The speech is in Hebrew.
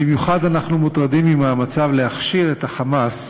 במיוחד אנחנו מוטרדים ממאמציו להכשיר את ה"חמאס",